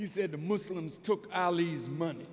you said the muslims took alys money